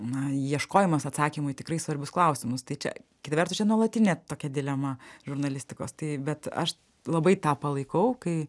na ieškojimas atsakymų į tikrai svarbius klausimus tai čia kita vertus čia nuolatinė tokia dilema žurnalistikos tai bet aš labai tą palaikau kai